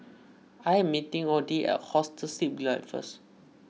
I am meeting Audie at Hostel Sleep Delight first